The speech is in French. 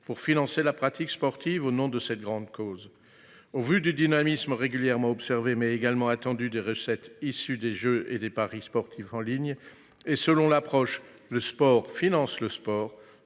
pour financer la pratique sportive au nom de cette grande cause. Malgré un dynamisme régulièrement observé, mais également attendu, des recettes issues des jeux et des paris sportifs en ligne et le principe selon lequel « le sport finance le sport »,